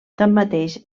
tanmateix